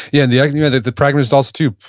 yeah and the idea that the pragmatists also, too,